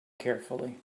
carefully